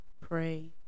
pray